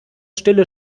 stille